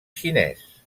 xinès